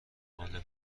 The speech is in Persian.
غالب